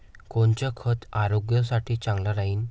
कोनचं खत आरोग्यासाठी चांगलं राहीन?